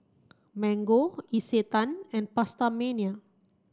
Mango Isetan and PastaMania